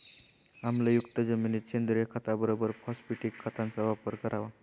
आम्लयुक्त जमिनीत सेंद्रिय खताबरोबर फॉस्फॅटिक खताचा वापर करावा